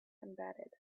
embedded